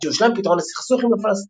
עד שיושלם פתרון הסכסוך עם הפלסטינים".